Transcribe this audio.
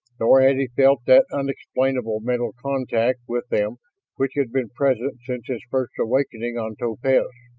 nor had he felt that unexplainable mental contact with them which had been present since his first awakening on topaz.